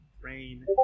Rain